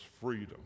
freedom